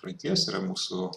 praeities yra mūsų